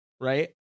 right